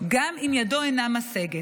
גם אם ידו אינה משגת.